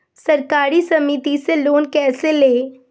सहकारी समिति से लोन कैसे लें?